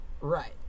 Right